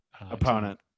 opponent